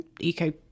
eco